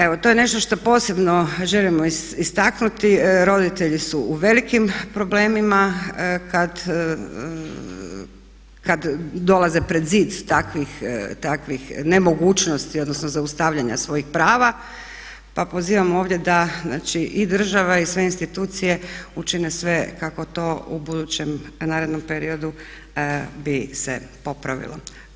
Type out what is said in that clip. Evo to je nešto što posebno istaknuti, roditelji su u velikim problemima kad dolaze pred zid takvih nemogućnosti odnosno zaustavljanja svojih prava pa pozivam ovdje da i država i sve institucije učine sve kako to u budećem nerednom periodu bi se popravilo.